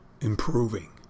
improving